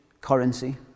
currency